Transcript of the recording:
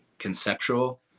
conceptual